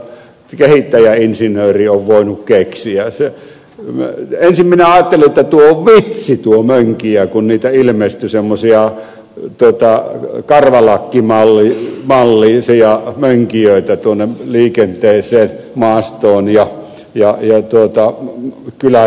ensin minä ajattelin että tuo on vitsi tuo mönkijä kun niitä ilmestyi sama sija ja pyytää täällä kimmel semmoisia karvalakkimallisia mönkijöitä ilmestyi tuonne liikenteeseen maastoon ja kyläteille